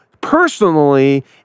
personally